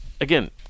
Again